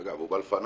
אגב, הוא בא לפניי.